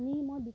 মই দি